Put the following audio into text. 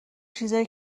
چیزای